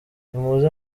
nimuze